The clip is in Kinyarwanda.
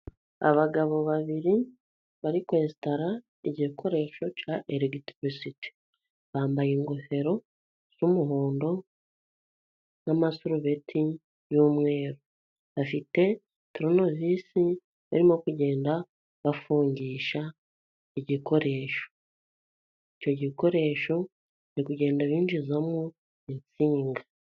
Abagabo babiri bari kwesitara igikoresho cya elegitirisite bambaye ingofero z'umuhondo n'amasarubeti y'umweru. Bafite turonovisi barimo kugenda bafungisha igikoresho, icyo gikoresho bari kugenda binjizamo insinga.